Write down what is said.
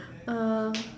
um